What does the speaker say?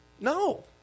No